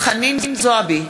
חנין זועבי,